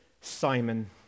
Simon